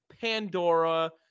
Pandora